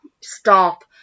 Stop